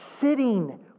sitting